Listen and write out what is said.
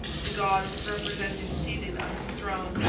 the god was represented seated on his throne.